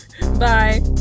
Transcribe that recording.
Bye